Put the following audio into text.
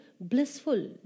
Blissful